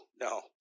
no